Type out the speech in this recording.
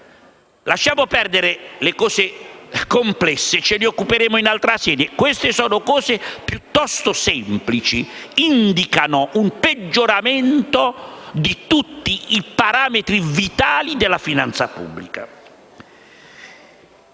Lasciamo perdere le cose complesse (ce ne occuperemo in altra sede): queste sono cose piuttosto semplici e indicano un peggioramento di tutti i parametri vitali della finanza pubblica.